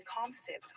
concept